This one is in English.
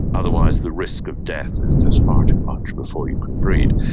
otherwise the risk of death is just far too much before you can breed.